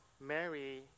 Mary